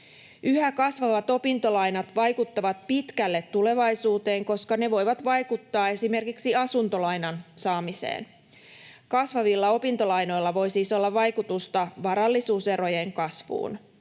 Yhä kasvavat opintolainat vaikuttavat pitkälle tulevaisuuteen, koska ne voivat vaikuttaa esimerkiksi asuntolainan saamiseen. Kasvavilla opintolainoilla voi siis olla vaikutusta varallisuuserojen kasvuun.